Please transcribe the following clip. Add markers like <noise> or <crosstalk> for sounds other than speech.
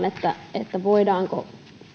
<unintelligible> että pohditaan